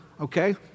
okay